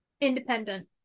independent